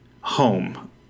home